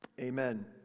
Amen